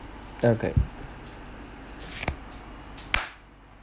okay